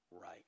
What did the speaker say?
right